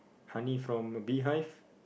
honey from a bee hive